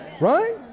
right